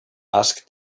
asked